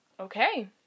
Okay